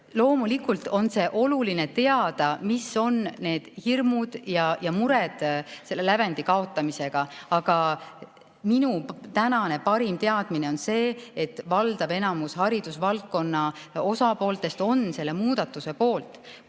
Loomulikult on oluline teada, mis on need hirmud ja mured seoses lävendi kaotamisega, aga minu tänane parim teadmine on see, et enamik haridusvaldkonna osalistest on selle muudatuse poolt.